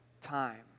time